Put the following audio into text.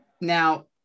Now